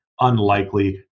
unlikely